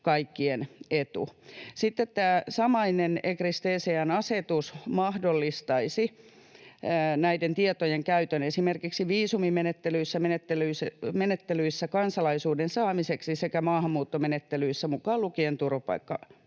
kaikkien etu. Samainen ECRIS-TCN-asetus mahdollistaisi näiden tietojen käytön esimerkiksi viisumimenettelyissä, menettelyissä kansalaisuuden saamiseksi sekä maahanmuuttomenettelyissä mukaan lukien turvapaikkamenettelyt.